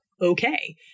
okay